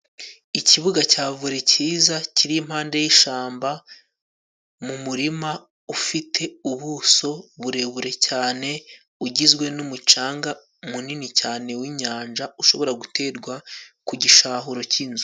Ikibuga cya vole cyiza kiri impande y'ishyamba mu murima ufite ubuso burebure cyane, ugizwe n'umucanga munini cyane w'inyanja ushobora guterwa ku gishahuro cy'inzu.